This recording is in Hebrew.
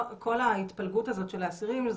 כל ההתפלגות הזאת של האסירים,